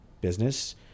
business